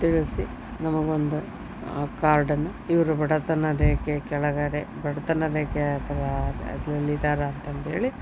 ತಿಳಿಸಿ ನಮಗೆ ಒಂದು ಆ ಕಾರ್ಡನ್ನು ಇವರು ಬಡತನ ರೇಖೆ ಕೆಳಗಡೆ ಬಡತನ ರೇಖೆಯ ಅಥವಾ ಅದ್ರಲ್ ಇದ್ದಾರಾ ಆಂತಂದು ಹೇಳಿ